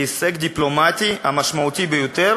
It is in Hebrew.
היא ההישג הדיפלומטי המשמעותי ביותר